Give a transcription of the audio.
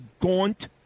gaunt